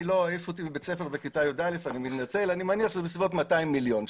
אני מניח שזה בסביבות 200 מיליון שקל.